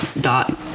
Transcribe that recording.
dot